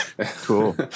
cool